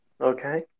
Okay